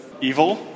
Evil